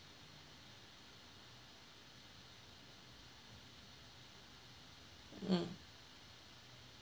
mm